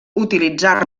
utilitzar